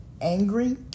angry